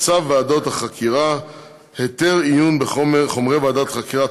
בצו ועדות החקירה (היתר עיון בחומרי ועדת חקירה),